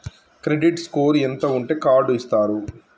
Credit score ఎంత ఉంటే card ఇస్తారు?